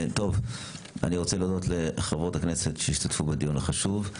אני רוצה להודות לחברות הכנסת שהשתתפו בדיון החשוב.